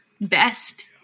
best